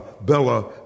Bella